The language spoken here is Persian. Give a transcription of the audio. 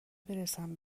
برسم